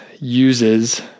uses